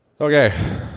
Okay